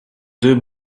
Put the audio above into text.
deux